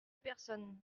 personne